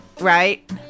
right